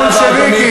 תודה רבה, אדוני.